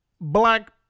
black